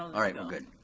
alright, we're good.